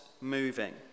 moving